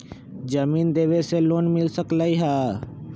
जमीन देवे से लोन मिल सकलइ ह?